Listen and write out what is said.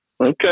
Okay